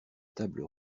table